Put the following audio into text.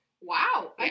Wow